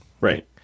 right